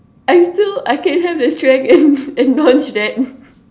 I still I can have the strength and and launch that